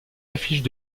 affiches